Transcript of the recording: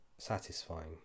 satisfying